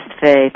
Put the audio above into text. faith